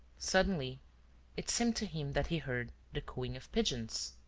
suddenly it seemed to him that he heard the cooing of pigeons.